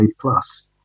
plus